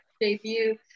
debut